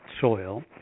soil